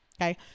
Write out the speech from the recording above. okay